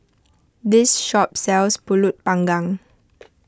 this shop sells Pulut Panggang